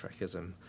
Trekism